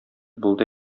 булды